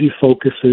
focuses